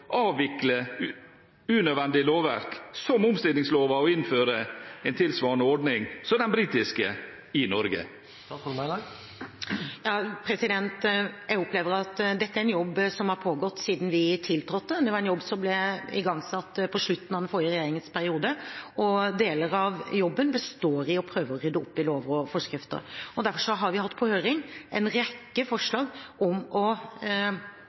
avvikle unødvendig lovverk som omstillingsloven og innføre en tilsvarende ordning som den britiske i Norge? Jeg opplever at dette er en jobb som har pågått siden vi tiltrådte. Det er en jobb som ble igangsatt på slutten av den forrige regjeringens periode. Deler av jobben består i å prøve å rydde opp i lover og forskrifter. Derfor har vi hatt på høring en rekke forslag om å